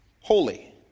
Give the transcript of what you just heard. holy